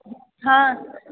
हॅं